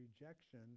rejection